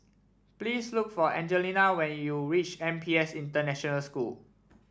please look for Angelina when you reach N P S International School